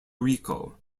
rico